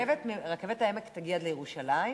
רכבת העמק תגיע עד לירושלים?